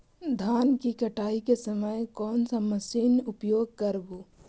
धान की कटाई के समय कोन सा मशीन उपयोग करबू?